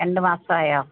രണ്ട് മാസമായോ